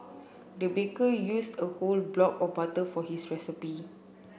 the baker used a whole block of butter for his recipe